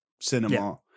cinema